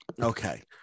Okay